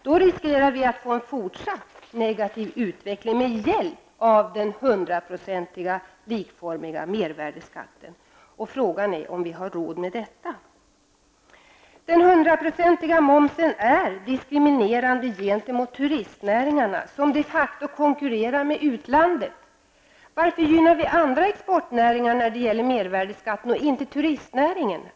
Då riskerar vi att få en fortsatt negativ utveckling med hjälp av den hundraprocentiga, likformiga mervärdeskatten. Frågan är om vi har råd med det. Den hundraprocentiga momsen är diskriminerande gentemot turistnäringarna, som de facto konkurrerar med utlandet. Varför gynnar vi andra exportnäringar när det gäller mervärdeskatten och inte turistnäringen?